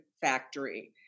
factory